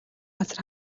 газар